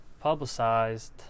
publicized